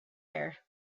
air